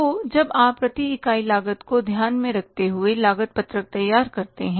तो जब आप प्रति इकाई लागत को ध्यान में रखते हुए लागत पत्रक तैयार करते हैं